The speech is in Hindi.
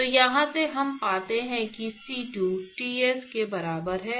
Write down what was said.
तो यहाँ से हम पाते हैं कि C2 Ts के बराबर है